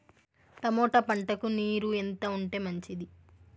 Tomato పంటకు నీరు ఎంత ఉంటే మంచిది?